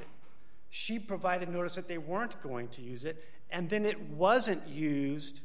it she provided notice that they weren't going to use it and then it wasn't used